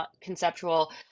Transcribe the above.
conceptual